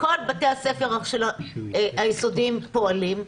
כל בתי הספר היסודיים פועלים,